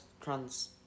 trans